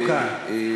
לא כאן.